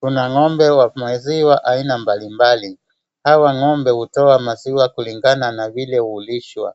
Kuna ng'ombe wa maziwa aina mbalimbali. Hawa ng'ombe hutoa maziwa kulingana na vile hulishwa,